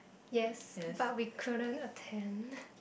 yes but we couldn't attend